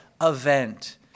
event